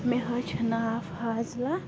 مےٚ حظ چھِ ناو فاضلہ